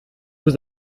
vous